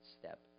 step